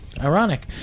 ironic